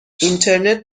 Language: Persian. اینترنت